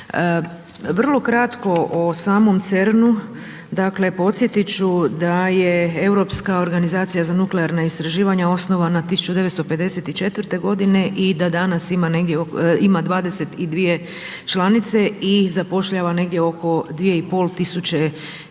Vrlo kratko o samom CERN-u, dakle podsjetiti ću da je Europska organizacija za nuklearna istraživanja osnovana 1954 i da danas ima negdje oko, ima 22 članice i zapošljava negdje oko 2,5 tisuće